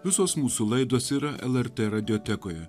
visos mūsų laidos yra lrt radiotekoje